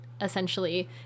essentially